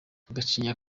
gacinya